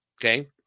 okay